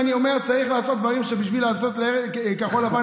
ואני אומר שצריך לעשות דברים בשביל לעשות כחול לבן,